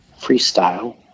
freestyle